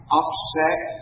upset